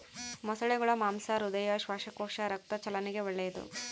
ಮೊಸಳೆಗುಳ ಮಾಂಸ ಹೃದಯ, ಶ್ವಾಸಕೋಶ, ರಕ್ತ ಚಲನೆಗೆ ಒಳ್ಳೆದು